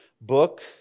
book